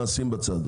מעשים בצד,